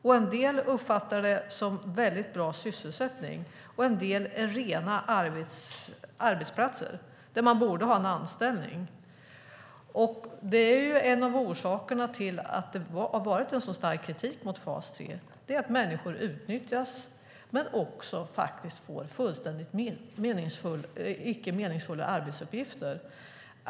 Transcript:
En del deltagare uppfattar det som väldigt bra sysselsättning, och för en del är det rena arbetsplatser där de borde ha en anställning. En anledning till att det har varit en så stark kritik mot fas 3 är att människor utnyttjas men faktiskt också får fullständigt icke meningsfulla arbetsuppgifter.